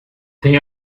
tem